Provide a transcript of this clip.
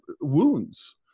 wounds